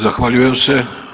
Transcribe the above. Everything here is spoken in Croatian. Zahvaljujem se.